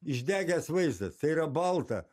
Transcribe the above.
išdegęs vaizdas tai yra balta